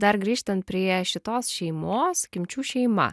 dar grįžtant prie šitos šeimos kimčių šeima